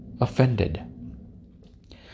offended